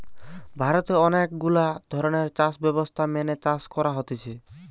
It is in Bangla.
ভারতে অনেক গুলা ধরণের চাষ ব্যবস্থা মেনে চাষ করা হতিছে